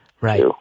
Right